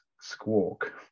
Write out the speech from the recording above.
squawk